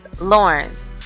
Lawrence